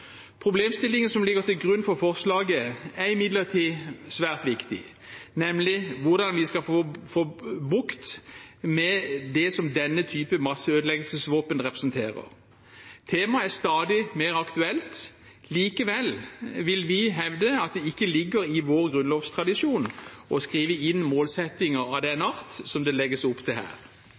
Problemstillingen som ligger til grunn for forslaget, er imidlertid svært viktig, nemlig hvordan vi skal få bukt med det som denne type masseødeleggelsesvåpen representerer. Temaet er stadig mer aktuelt. Likevel vil vi hevde at det ikke ligger i vår grunnlovstradisjon å skrive inn målsettinger av den art som det legges opp til her.